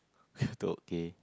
okay